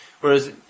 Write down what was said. Whereas